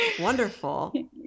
Wonderful